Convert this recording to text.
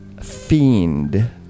fiend